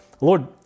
Lord